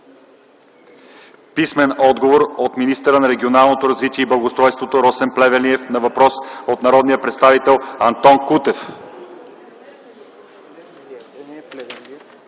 Писмен отговор от министъра на регионалното развитие и благоустройството Росен Плевнелиев на въпрос от народния представител Антон Кутев.